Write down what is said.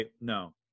no